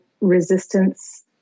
resistance